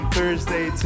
Thursday